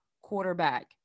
quarterback